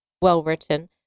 well-written